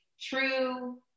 true